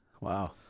Wow